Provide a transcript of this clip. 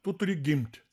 tu turi gimt